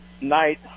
night